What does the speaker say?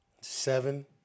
seven